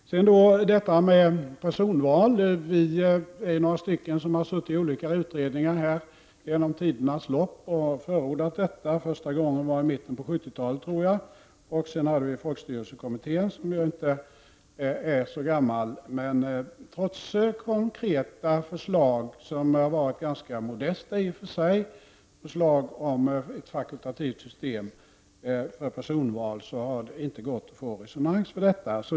Så till frågan om personval. Vi är några här som under tidernas lopp har ingått i olika utredningar och där förordat personval. Första gången var i mitten på 1970-talet. Vidare har vi föreslagit detta i folkstyrelsekommittén, som inte är så gammal. Trots konkreta om än ganska modesta förslag om ett fakultativt system för personval har det inte gått att få respons för sådana.